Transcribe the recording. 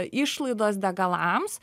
išlaidos degalams